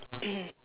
mm